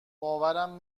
باورم